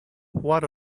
what